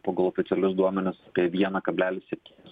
pagal oficialius duomenis apie vieną kablelis septynis